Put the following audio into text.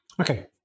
Okay